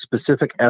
specific